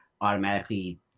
automatically